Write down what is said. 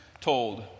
told